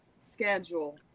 schedule